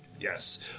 Yes